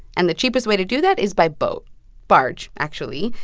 and the cheapest way to do that is by boat barge, actually.